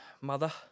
Mother